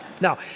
Now